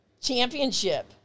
Championship